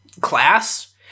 class